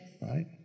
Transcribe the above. right